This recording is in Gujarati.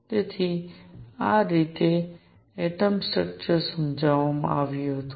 તેથી આ રીતે એટમ સ્ટ્રકચર સમજાવવામાં આવ્યું હતું